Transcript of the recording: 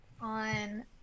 on